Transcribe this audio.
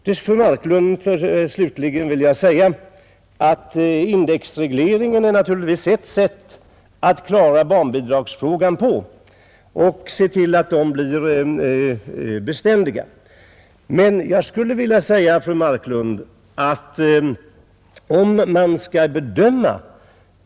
Till fru Marklund, slutligen, vill jag säga att indexregleringen naturligtvis är ett sätt att klara barnbidragsfrågan och se till att barnbidragen blir beständiga.